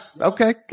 okay